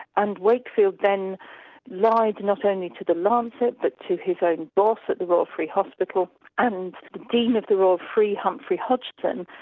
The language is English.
and wakefield then lied not only to the lancet but to his own boss at the royal free hospital and the dean of the royal free, humphrey hodgson,